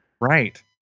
right